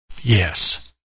Yes